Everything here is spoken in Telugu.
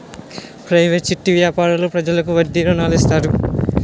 ప్రైవేటు చిట్టి వ్యాపారులు ప్రజలకు వడ్డీకి రుణాలు ఇస్తారు